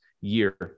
year